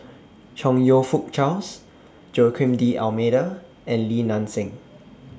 Chong YOU Fook Charles Joaquim D'almeida and Li Nanxing